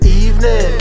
evening